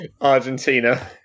Argentina